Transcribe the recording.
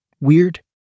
weird